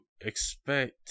expect